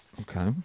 Okay